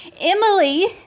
Emily